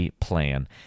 plan